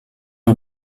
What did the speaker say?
you